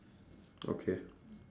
okay